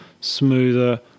smoother